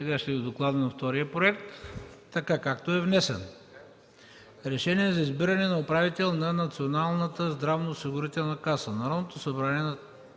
Сега ще Ви докладвам втория проект така, както е внесен: „РЕШЕНИЕ за избиране на управител на Националната здравноосигурителна каса